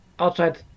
outside